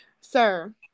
Sir